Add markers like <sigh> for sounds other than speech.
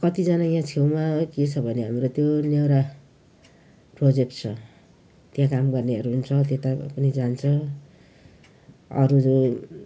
कतिजना यहाँ छेउमा के छ भने हाम्रो त्यो न्योरा <unintelligible> प्रोजेक्ट छ त्यहाँ काम गर्नेहरू पनि छ त्यता पनि जान्छ अरू जो